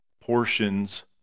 portions